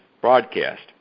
broadcast